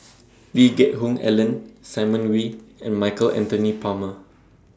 Lee Geck Hoon Ellen Simon Wee and Michael Anthony Palmer